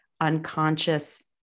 unconscious